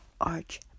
arch